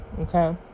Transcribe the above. okay